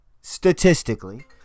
statistically